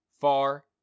far